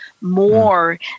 more